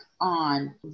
on